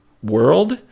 world